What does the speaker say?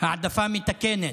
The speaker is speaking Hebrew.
העדפה מתקנת.